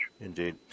Indeed